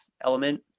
element